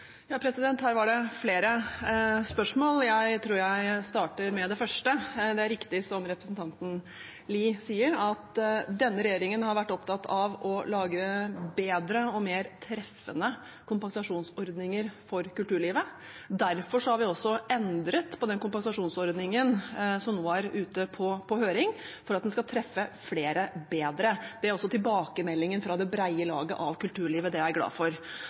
Her var det flere spørsmål. Jeg tror jeg starter med det første. Det er riktig som representanten Lie sier, at denne regjeringen har vært opptatt av å lage bedre og mer treffende kompensasjonsordninger for kulturlivet. Derfor har vi også endret på den kompensasjonsordningen som nå er ute på høring, for at den skal treffe flere bedre. Det er også tilbakemeldingen fra det brede laget av kulturlivet. Det er jeg glad for.